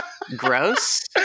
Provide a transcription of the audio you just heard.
gross